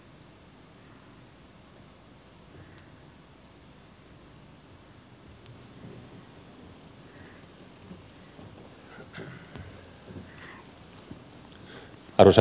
arvoisa puhemies